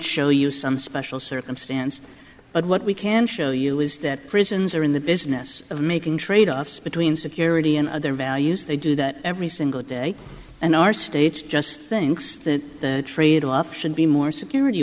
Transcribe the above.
show you some special circumstance but what we can show you is that prisons are in the business of making tradeoffs between security and other values they do that every single day and our states just thinks that the tradeoff should be more security